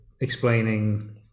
explaining